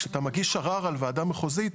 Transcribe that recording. כשאתה מגיש ערר על וועדה מחוזית,